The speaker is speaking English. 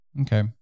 Okay